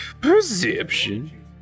Perception